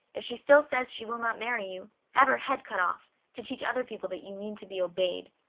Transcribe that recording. if she still says she will not marry you, have her head cut off, to teach other people that you mean to be obeyed.